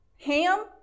Ham